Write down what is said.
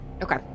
Okay